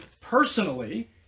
personally